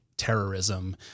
terrorism